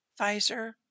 Pfizer